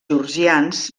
georgians